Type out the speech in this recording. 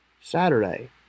Saturday